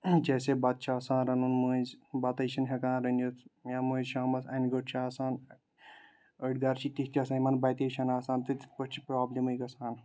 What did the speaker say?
جیسے بَتہٕ چھُ آسان رَنُن مٔنٛزۍ بَتے چھُنہٕ ہیٚکان رٔنتھ یا مٔنٛزۍ شامس انہِ گوٚٹ چھُ آسان أڑۍ گرٕ چھِ تیٚتھۍ تہِ آسان یِمن بَتے چھنہٕ آسان تہٕ تتھ پٲٹھۍ چھِ پرابلمٕے گژھان